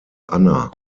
anna